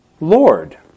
Lord